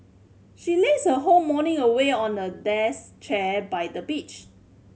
she lazed her whole morning away on a chair by the beach